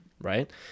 right